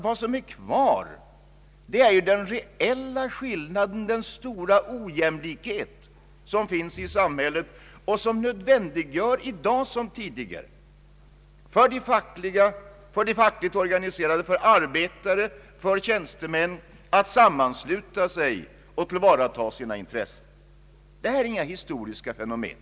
Vad som finns kvar är ju den ojämlikheten i samhället vilken i dag liksom tidigare nödvändiggör för de fackligt organiserade, för arbetare och tjänstemän, att sammansluta sig och tillvarata sina intressen. Detta är inget historiskt fenomen.